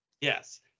Yes